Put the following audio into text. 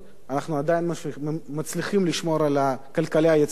אנחנו עדיין מצליחים לשמור על כלכלה יציבה,